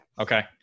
Okay